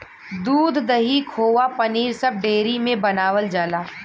दूध, दही, खोवा पनीर सब डेयरी में बनावल जाला